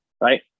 Right